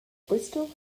bristol